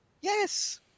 Yes